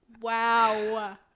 Wow